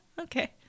okay